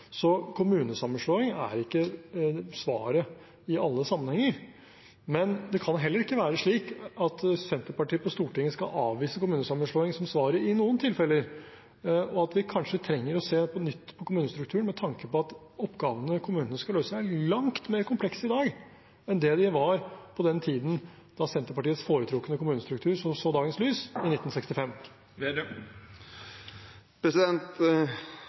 Kommunesammenslåing er ikke svaret i alle sammenhenger, men det kan heller ikke være slik at Senterpartiet på Stortinget skal avvise at kommunesammenslåing er svaret i noen tilfeller, og at vi kanskje trenger å se på nytt på kommunestrukturen, med tanke på at oppgavene kommunene skal løse, er langt mer komplekse i dag enn det de var på den tiden da Senterpartiets foretrukne kommunestruktur så dagens lys, i 1965.